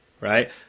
Right